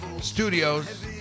Studios